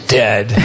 dead